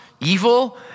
evil